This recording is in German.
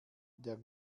der